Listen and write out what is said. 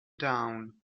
down